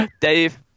dave